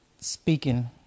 speaking